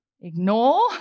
ignore